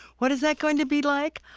what is that going to be like?